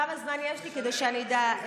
כמה זמן יש לי, כדי שאני אדע?